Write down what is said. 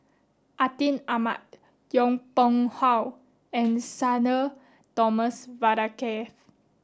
Atin Amat Yong Pung How and Sudhir Thomas Vadaketh